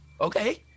Okay